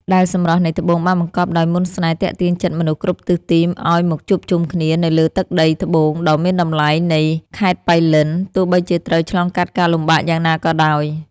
ដែលសម្រស់នៃត្បូងបានបង្កប់ដោយមន្តស្នេហ៍ទាក់ទាញចិត្តមនុស្សគ្រប់ទិសទីឱ្យមកជួបជុំគ្នានៅលើទឹកដីត្បូងដ៏មានតម្លៃនៃខេត្តប៉ៃលិន ទោះបីជាត្រូវឆ្លងកាត់ការលំបាកយ៉ាងណាក៏ដោយ។